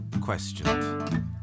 questioned